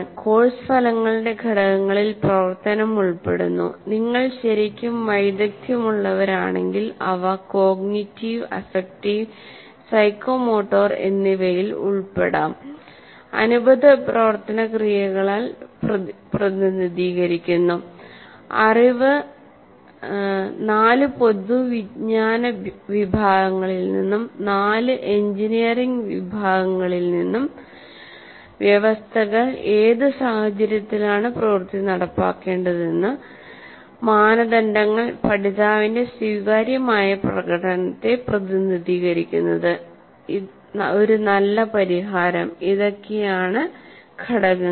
course ഫലങ്ങളുടെ ഘടകങ്ങളിൽ പ്രവർത്തനം ഉൾപ്പെടുന്നു നിങ്ങൾ ശരിക്കും വൈദഗ്ധ്യമുള്ളവരാണെങ്കിൽ അവ കോഗ്നിറ്റീവ് അഫക്റ്റീവ് സൈക്കോമോട്ടോർ എന്നിവയിൽ ഉൾപ്പെടാം അനുബന്ധ പ്രവർത്തനക്രിയകളാൽ പ്രതിനിധീകരിക്കുന്നു അറിവ് നാല് പൊതുവിജ്ഞാന വിഭാഗങ്ങളിൽ നിന്നും നാല് എഞ്ചിനീയറിംഗ് വിഭാഗങ്ങളിൽ നിന്നും വ്യവസ്ഥകൾ ഏത് സാഹചര്യത്തിലാണ് പ്രവൃത്തി നടപ്പാക്കേണ്ടത് മാനദണ്ഡങ്ങൾ പഠിതാവിന്റെ സ്വീകാര്യമായ പ്രകടനത്തെ പ്രതിനിധീകരിക്കുന്നത് ഒരു നല്ല പരിഹാരംഇതൊക്കയാണ് ഘടകങ്ങൾ